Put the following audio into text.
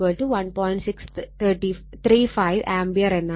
635 ampere എന്നാണ്